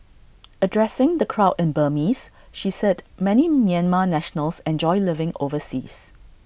addressing the crowd in Burmese she said many Myanmar nationals enjoy living overseas